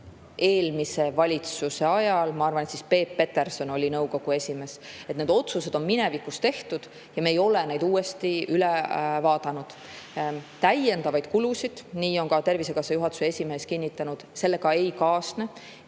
eelmise valitsuse ajal. Ma arvan, et siis Peep Peterson oli nõukogu esimees. Need otsused on minevikus tehtud ja me ei ole neid uuesti üle vaadanud. Täiendavaid kulusid – nii on ka Tervisekassa juhatuse esimees kinnitanud – sellega ei kaasne.